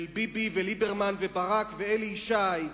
של ביבי וליברמן וברק ואלי ישי,